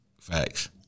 Facts